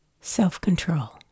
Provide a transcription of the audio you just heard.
self-control